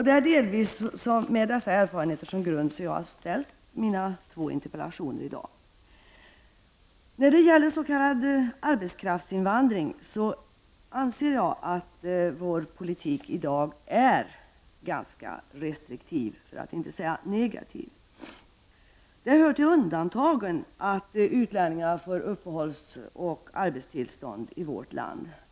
Det är delvis med dessa erfarenheter som grund som jag i dag har ställt mina två interpellationer. När det gäller s.k. arbetskraftsinvandring anser jag att vår politik i dag är ganska restriktiv, för att inte säga negativ. Det hör till undantagen att utlänningar får uppehålls och arbetstillstånd i vårt land.